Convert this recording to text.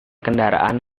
kendaraan